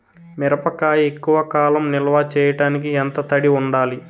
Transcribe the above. మిరపకాయ ఎక్కువ కాలం నిల్వ చేయటానికి ఎంత తడి ఉండాలి?